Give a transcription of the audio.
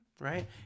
right